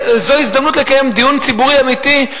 זו ההזדמנות לקיים דיון ציבורי אמיתי,